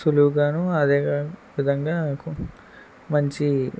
సులువుగాను అదే విధంగా మంచి